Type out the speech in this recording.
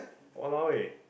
!walao! ah